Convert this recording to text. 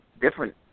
different